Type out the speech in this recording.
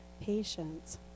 patience